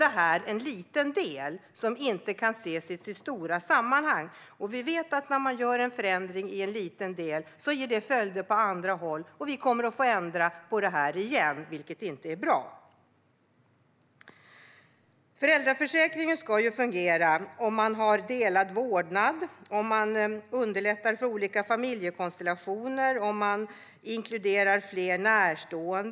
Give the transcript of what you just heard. Dagens förslag är en liten del som inte kan ses i sitt stora sammanhang. Vi vet att när man gör en förändring i en liten del ger det följder på andra håll, och vi kommer att få ändra på det igen, vilket inte är bra. Föräldraförsäkringen ska fungera om man har delad vårdnad. Den ska underlätta för olika familjekonstellationer och att man inkluderar fler närstående.